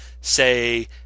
say